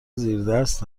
زیردست